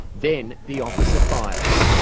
then the officer fires.